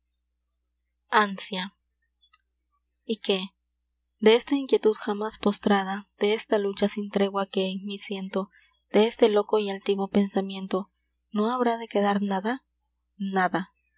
ánsia y qué de esta inquietud jamás postrada de esta lucha sin tregua que en mí siento de este loco y altivo pensamiento no habrá de quedar nada nada